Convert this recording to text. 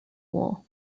war